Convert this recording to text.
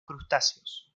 crustáceos